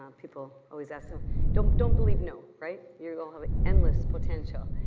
um and people always, so don't don't believe no, right? you all have endless potential,